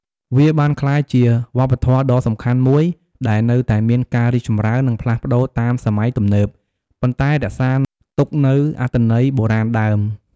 វាបានក្លាយជាវប្បធម៌ដ៏សំខាន់មួយដែលនៅតែមានការរីកចម្រើន និងផ្លាស់ប្ដូរតាមសម័យទំនើប ប៉ុន្តែរក្សាទុកនូវអត្ថន័យបុរាណដើម។